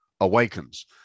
Awakens